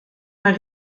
haar